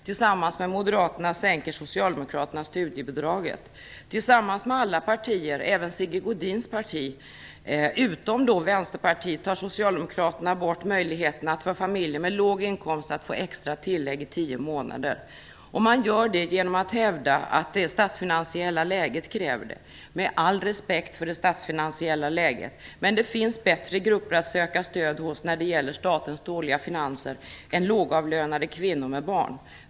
Tillsammans med Moderaterna sänker Socialdemokraterna studiebidraget. Tillsammans med alla partier utom Vänsterpartiet - alltså även Sigge Godins parti - tar Socialdemokraterna bort möjligheterna för familjer med låg inkomst att få extra tillägg i tio månader. Man gör det genom att hävda att det statsfinansiella läget kräver det. Med all respekt för det statsfinansiella läget vill jag säga att det finns bättre grupper att söka stöd hos när det gäller statens dåliga finanser än lågavlönade kvinnor med barn.